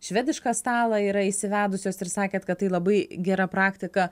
švedišką stalą yra įsivedusios ir sakėt kad tai labai gera praktika